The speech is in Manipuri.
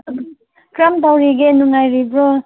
ꯀꯔꯝ ꯇꯧꯔꯤꯒꯦ ꯅꯨꯡꯉꯥꯏꯔꯤꯕ꯭ꯔꯣ